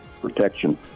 Protection